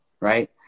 right